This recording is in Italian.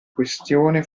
questione